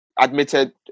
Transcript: admitted